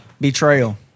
betrayal